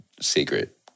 secret